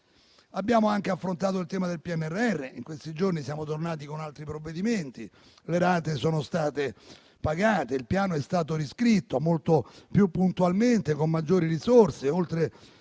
Abbiamo anche affrontato il tema del PNRR. In questi giorni siamo tornati con altri provvedimenti. Le rate sono state pagate, il Piano è stato riscritto molto più puntualmente, con maggiori risorse: oltre